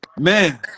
man